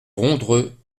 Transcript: rondreux